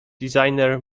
designer